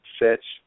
sets